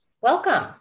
Welcome